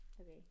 Okay